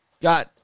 Got